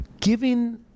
giving